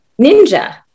Ninja